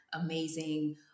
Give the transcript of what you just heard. amazing